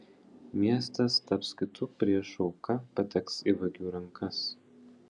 miestas taps kitų priešų auka pateks į vagių rankas